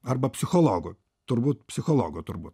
arba psichologu turbūt psichologu turbūt